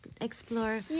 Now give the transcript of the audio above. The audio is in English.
explore